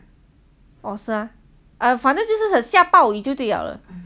orh 是 ah 反正就是说下暴雨就对了